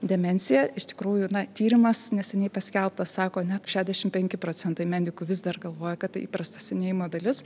demenciją iš tikrųjų na tyrimas neseniai paskelbtas sako net šešiasdešimt penki procentai medikų vis dar galvoja kad tai įprasta senėjimo dalis